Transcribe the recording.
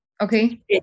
Okay